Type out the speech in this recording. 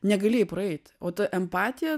negalėjai praeit o ta empatija